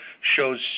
shows